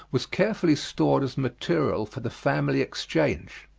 was carefully stored as material for the family exchange.